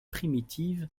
primitive